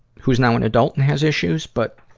who's now an adult and has issues, but